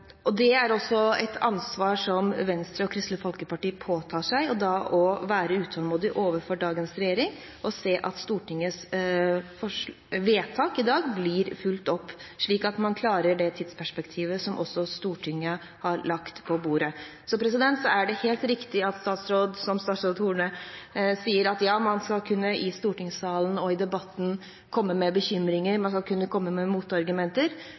Det er et ansvar som Venstre og Kristelig Folkeparti påtar seg: å være utålmodige overfor dagens regjering og se til at Stortingets vedtak i dag blir fulgt opp, slik at man klarer det tidsperspektivet som Stortinget har lagt på bordet. Så er det helt riktig, som statsråd Horne sier, at man i stortingssalen og i debatten skal kunne komme med bekymringer